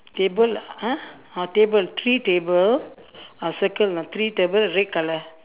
table !huh! oh table three table I'll circle ah three table red colour